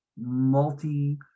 multi